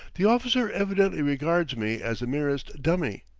the officer evidently regards me as the merest dummy,